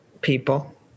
people